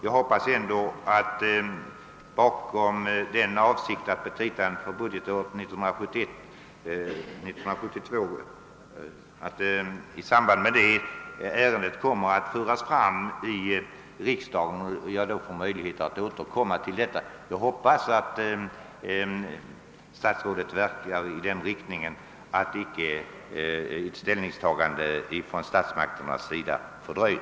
Eftersom saken skall tas upp i petita för budgetåret 1971/72 hoppas jag att ärendet i samband därmed kommer att föras upp i riksdagen och att jag då får möjlighet att återkomma. Jag hoppas också att statsrådet verkar i sådan riktning att ett ställningstagande från statsmakternas sida icke fördröjes.